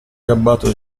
gabbato